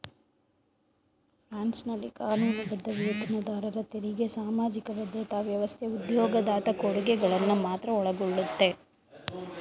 ಫ್ರಾನ್ಸ್ನಲ್ಲಿ ಕಾನೂನುಬದ್ಧ ವೇತನದಾರರ ತೆರಿಗೆ ಸಾಮಾಜಿಕ ಭದ್ರತಾ ವ್ಯವಸ್ಥೆ ಉದ್ಯೋಗದಾತ ಕೊಡುಗೆಗಳನ್ನ ಮಾತ್ರ ಒಳಗೊಳ್ಳುತ್ತೆ